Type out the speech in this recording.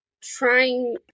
trying